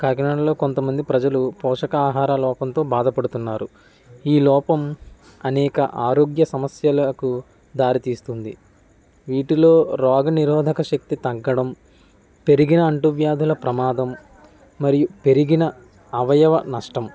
కాకినాడలో కొంతమంది ప్రజలు పోషక ఆహార లోపంతో బాధపడుతున్నారు ఈ లోపం అనేక ఆరోగ్య సమస్యలకు దారితీస్తుంది వీటిలో రోగనిరోధక శక్తి తగ్గడం పెరిగిన అంటు వ్యాధుల ప్రమాదం మరియు పెరిగిన అవయవ నష్టం